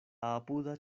apuda